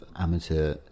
amateur